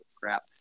Crap